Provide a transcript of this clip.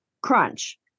Crunch